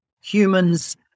humans